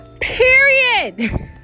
Period